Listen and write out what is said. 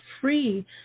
free